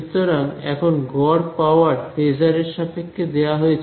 সুতরাং এখন গড় পাওয়ার ফেজার এর সাপেক্ষে দেওয়া হয়েছে